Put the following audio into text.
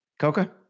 Coca